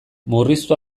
murriztu